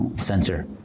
sensor